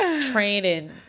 training